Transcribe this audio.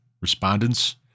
respondents